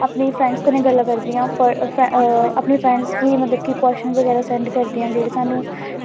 अपनी फ्रैंडस कन्नै गल्लां करदी आं अपनी फ्रैंडस गी मतलब कि कोशन बगैरा सैंड करदी आं जेह्ड़े सानूं